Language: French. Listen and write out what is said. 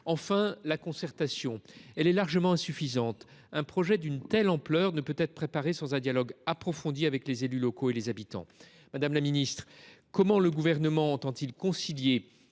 Enfin, la concertation. Elle est largement insuffisante. Un projet d’une telle ampleur ne saurait être préparé sans un dialogue approfondi avec les élus locaux et les habitants. Madame la ministre, comment le Gouvernement entend il,